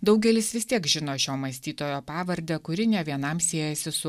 daugelis vis tiek žino šio mąstytojo pavardę kuri ne vienam siejasi su